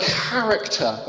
character